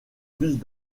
plus